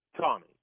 Tommy